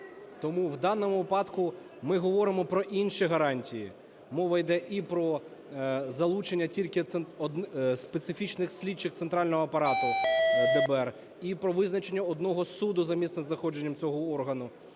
Тому в даному випадку ми говоримо про інші гарантії. Мова йде і про залучення тільки специфічних слідчих центрального апарату ДБР і про визначенню одного суду за місцем знаходження цього органу,